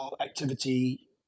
activity